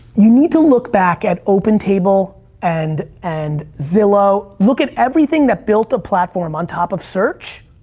you need to look back at opentable and and zillow. look at everything that built a platform on top of search,